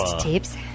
tapes